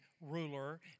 ruler